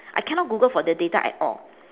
I cannot google for the data at all